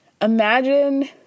imagine